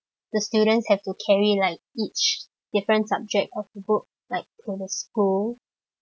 the students have to carry like each different subject of the book like for the school